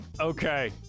Okay